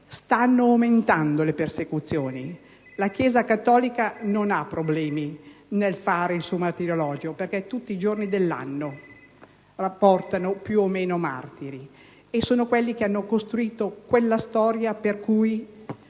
stanno aumentando le persecuzioni. La Chiesa cattolica non ha problemi nel fare il suo martirologio, perché tutti i giorni dell'anno portano più o meno martiri. E sono quelli che hanno costruito quella storia per cui